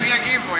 הן יגיבו.